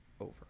over